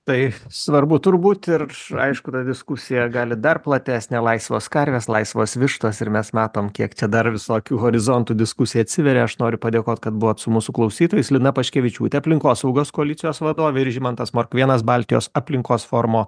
tai svarbu turbūt ir aišku ta diskusija gali dar platesnę laisvos karvės laisvos vištos ir mes matom kiek čia dar visokių horizontų diskusijai atsiveria aš noriu padėkot kad buvot su mūsų klausytojais lina paškevičiūtė aplinkosaugos koalicijos vadovė ir žymantas morkvėnas baltijos aplinkos forumo